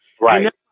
Right